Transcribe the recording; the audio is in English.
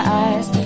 eyes